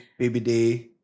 BBD